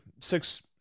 six